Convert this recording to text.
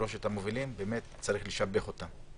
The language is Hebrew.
אלה שלושת המובילים, ובאמת צריך לשבח אותם.